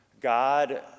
God